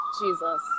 Jesus